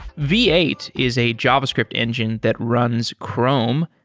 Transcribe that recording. v eight is a javascript engine that runs chrome.